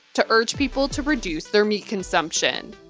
to urge people to reduce their meat consumption.